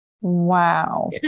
Wow